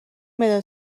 مداد